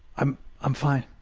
i'm i'm fine.